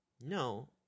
no